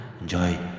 enjoy